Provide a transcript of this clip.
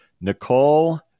Nicole